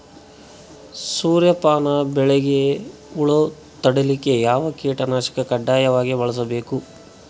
ಸೂರ್ಯಪಾನ ಬೆಳಿಗ ಹುಳ ತಡಿಲಿಕ ಯಾವ ಕೀಟನಾಶಕ ಕಡ್ಡಾಯವಾಗಿ ಬಳಸಬೇಕು?